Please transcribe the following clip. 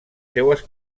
seues